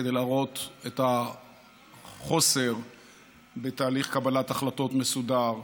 כדי להראות את החוסר בתהליך קבלת החלטות מסודר,